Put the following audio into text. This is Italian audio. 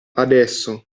adesso